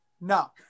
no